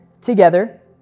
together